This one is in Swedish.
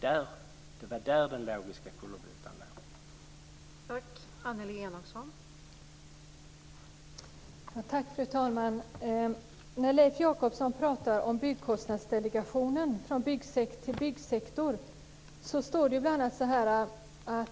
Det var där den logiska kullerbyttan gjordes.